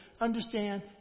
understand